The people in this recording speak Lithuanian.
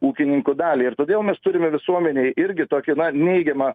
ūkininkų dalį ir todėl mes turime visuomenėj irgi tokį neigiamą